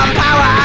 power